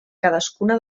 cadascuna